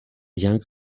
young